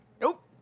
nope